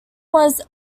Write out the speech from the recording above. was